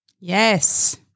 Yes